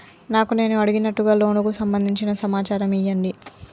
నాకు నేను అడిగినట్టుగా లోనుకు సంబందించిన సమాచారం ఇయ్యండి?